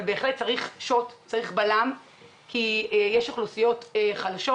אבל בהחלט צריך שוט או בלם כי יש אוכלוסיות חלשות